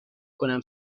کنم